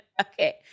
Okay